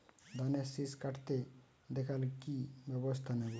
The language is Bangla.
ধানের শিষ কাটতে দেখালে কি ব্যবস্থা নেব?